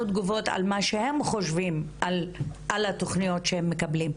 תגובות על מה שהם חושבים על התוכניות שהם מקבלים.